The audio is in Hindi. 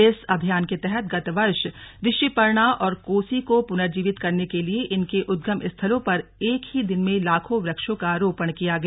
इस अभियान के तहत गत वर्ष ऋषिपर्णा और कोसी को पुनर्जीवित करने के लिये इनके उदगम स्थलों पर एक ही दिन में लाखों वृक्षों का रोपण किया गया